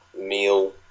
meal